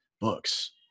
books